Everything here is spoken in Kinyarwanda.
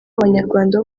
abanyarwanda